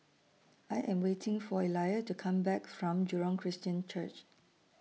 I Am waiting For Elia to Come Back from Jurong Christian Church